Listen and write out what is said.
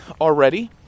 already